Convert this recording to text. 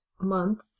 month